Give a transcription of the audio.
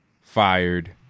fired